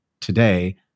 today